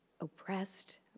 oppressed